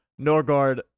Norgard